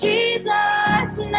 Jesus